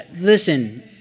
Listen